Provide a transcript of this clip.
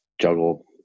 juggle